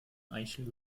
eichel